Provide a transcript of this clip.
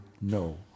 no